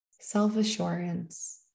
self-assurance